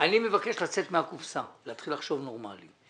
אני מבקש לצאת מהקופסה ולהתחיל לחשוב נורמלי.